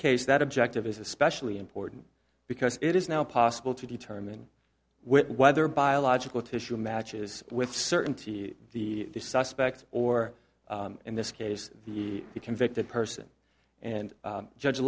case that objective is especially important because it is now possible to determine whether biological tissue matches with certainty the suspect or in this case the convicted person and judge